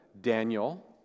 Daniel